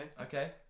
okay